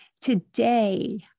Today